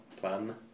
plan